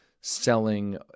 selling